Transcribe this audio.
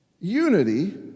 Unity